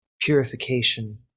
purification